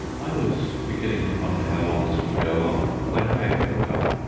i was beginning to wonder how long this would go on, when wag woke up.